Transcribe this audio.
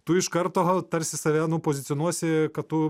tu iš karto tarsi save pozicionuosi kad tu